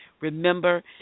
Remember